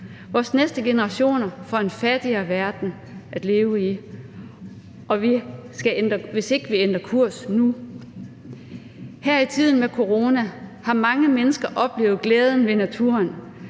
Vores næste generationer får en fattigere verden at leve i, hvis ikke vi ændrer kurs nu. Her i tiden med corona har mange mennesker oplevet glæden ved naturen.